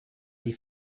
die